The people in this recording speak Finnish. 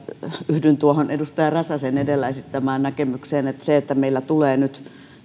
yhdyn tuohon edustaja räsäsen edellä esittämään näkemykseen että se että meillä tulee nyt